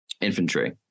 Infantry